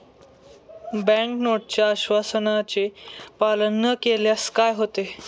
Bank नोटच्या आश्वासनाचे पालन न केल्यास काय होते?